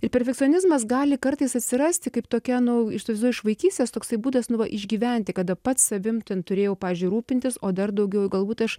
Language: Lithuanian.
ir perfekcionizmas gali kartais atsirasti kaip tokia nu įsivaizduoju iš vaikystės toksai būdas nu va išgyventi kada pats savim ten turėjau pavyzdžiui rūpinti o dar daugiau galbūt aš